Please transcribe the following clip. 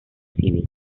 civil